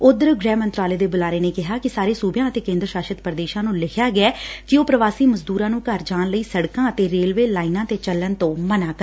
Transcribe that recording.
ਉਧਰ ਗ੍ਰਹਿ ਮੰਤਰਾਲੇ ਦੇ ਬੁਲਾਰੇ ਨੇ ਕਿਹਾ ਕਿ ਸਾਰੇ ਸੂਬਿਆਂ ਅਤੇ ਕੇਂਦਰ ਸਾਸ਼ਤ ਪ੍ਰਦੇਸ਼ਾਂ ਨੂੰ ਲਿਖਿਆ ਗਿਐ ਕਿ ਉਹ ਪ੍ਰਵਾਸੀ ਮਜ਼ਦੁਰਾਂ ਨੂੰ ਘਰ ਜਾਣ ਲਈ ਸੜਕਾਂ ਅਤੇ ਰੇਲਵੇ ਲਾਈਨਾਂ ਤੇ ਚੱਲਣ ਤੋਂ ਮਨਾ ਕਰਨ